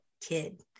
kid